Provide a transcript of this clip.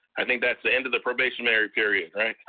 i think that's the end of the probationary period, right?